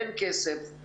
אין כסף,